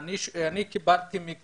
אני באמת לא